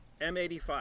M85